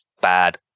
bad